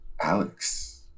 Alex